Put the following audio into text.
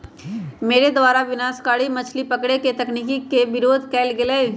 मेरे द्वारा विनाशकारी मछली पकड़े के तकनीक के विरोध कइल गेलय